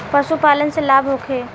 पशु पालन से लाभ होखे?